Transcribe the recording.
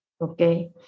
Okay